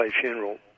funeral